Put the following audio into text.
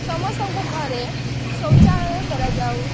ସମସ୍ତଙ୍କ ଘରେ ଶୌଚାଳୟ କରାଯାଉ